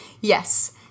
Yes